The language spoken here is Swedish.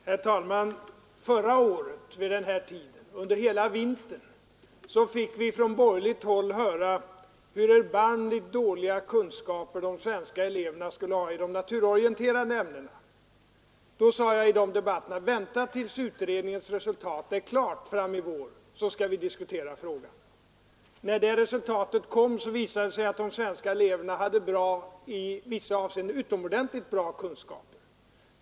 Herr talman! Förra året vid den här tiden och under hela vintern fick vi från borgerligt håll höra hur erbarmligt dåliga kunskaper de svenska eleverna hade i de naturorienterande ämnena. I de debatterna sade jag: ”Vänta tills utredningens resultat är klart fram i vår, så skall vi diskutera frågan.” När det resultatet kom visade det sig att de svenska eleverna hade bra, i vissa avseenden utomordentligt bra, kunskaper.